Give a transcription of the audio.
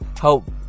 help